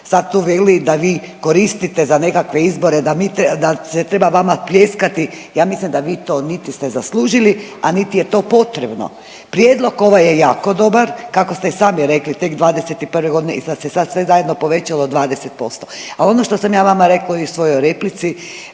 sad tu veli da vi koristite za nekakve izbore da mi treba…, da se treba vama pljeskati, ja mislim da vi to niti ste zaslužili, a niti je to potrebno. Prijedlog ovaj je jako dobar kako ste i sami rekli tek '21.g. i sad se sad sve zajedno povećalo 20%. A ono što sam ja vama rekla i u svojoj replici